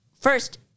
first